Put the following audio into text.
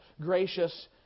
gracious